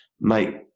mate